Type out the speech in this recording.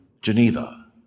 Geneva